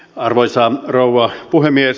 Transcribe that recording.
arvoisa rouva puhemies